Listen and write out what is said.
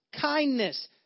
Kindness